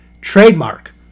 Trademark